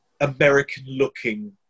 American-looking